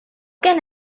can